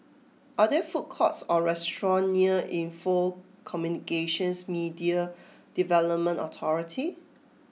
are there food courts or restaurants near Info Communications Media Development Authority